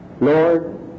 Lord